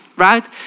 Right